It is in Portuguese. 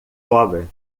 cobra